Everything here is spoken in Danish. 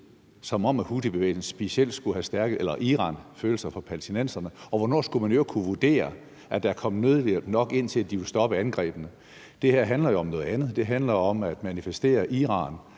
som om at houthibevægelsen eller Iran skulle have specielt stærke følelser for palæstinenserne. Og hvornår skulle man i øvrigt kunne vurdere, at der er kommet nødhjælp nok ind, til at de kunne stoppe angrebene? Det her handler jo om noget andet, for det handler om at manifestere Iran